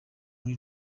muri